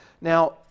Now